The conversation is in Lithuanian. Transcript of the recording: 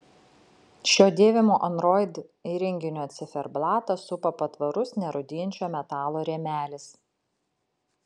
šio dėvimo android įrenginio ciferblatą supa patvarus nerūdijančio metalo rėmelis